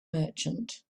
merchant